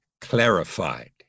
clarified